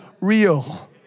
real